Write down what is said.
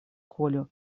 колю